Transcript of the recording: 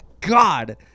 God